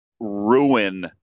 ruin